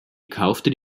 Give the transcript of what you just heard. kaufte